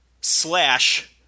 slash